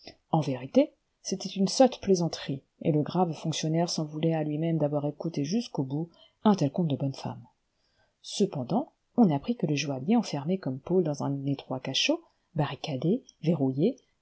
en vérité c'était une sotte plaisanterie et le grave fonctionnaire s'en voulait à lui-même d'avoir écouté jusqu'au bout un tel conte de bonne femme cependant on apprit que le joaillier enfermé comme paul dans un étroit cachot barricadé verrouillé